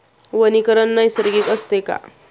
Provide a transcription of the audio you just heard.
वनीकरण नैसर्गिक असते का?